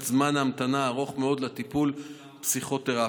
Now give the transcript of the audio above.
זמן ההמתנה הארוך מאוד לטיפול פסיכותרפי.